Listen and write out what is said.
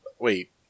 Wait